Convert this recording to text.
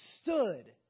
stood